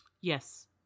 Yes